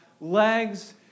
legs